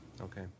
Okay